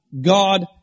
God